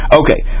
okay